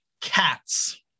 Cats